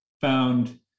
found